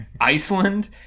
Iceland